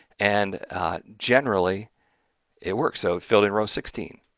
and generally it works. so filled in row sixteen,